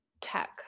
tech